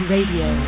Radio